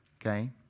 Okay